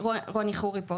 רוני חורי פה,